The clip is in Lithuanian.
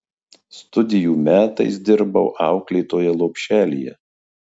studijų metais dirbau auklėtoja lopšelyje